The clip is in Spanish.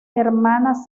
hermanas